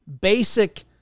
basic